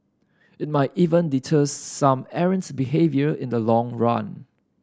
it might even deter some errant behaviour in the long run